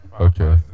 Okay